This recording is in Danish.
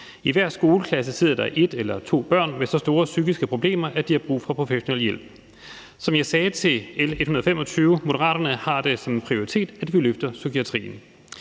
I hver skoleklasse sidder der et eller to børn med så store psykiske problemer, at de har brug for professionel hjælp. Som jeg sagde til L 125: Moderaterne har det som prioritet, at vi løfter psykiatrien.